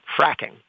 fracking